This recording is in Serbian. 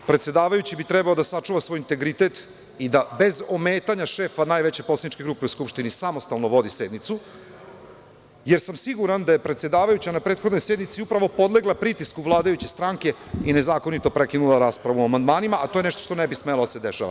Predsedavajući bi trebalo da sačuva svoj integritet i da bez ometanja šefa najveće poslaničke grupe u Skupštini samostalno vodi sednicu, jer sam siguran da je predsedavajuća na prethodnoj sednici upravo podlegla pritisku vladajuće stranke i nezakonito prekinula raspravu o amandmanima, a to je nešto što ne bi smelo da se dešava.